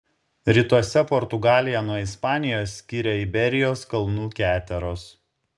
rytuose portugaliją nuo ispanijos skiria iberijos kalnų keteros